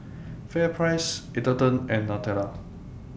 FairPrice Atherton and Nutella